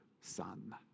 son